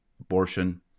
abortion